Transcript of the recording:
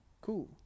cool